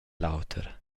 l’auter